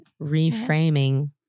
Reframing